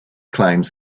claims